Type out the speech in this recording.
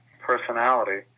personality